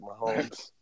Mahomes